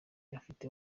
ifite